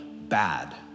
bad